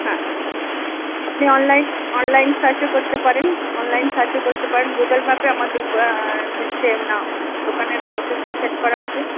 হ্যাঁ আপনি online online সার্চও করতে পারেন অনলাইন সার্চও করতে পারেন গুগুল ম্যাপে আমাদের দোকানের লোকেশান সেট করা আছে